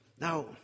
Now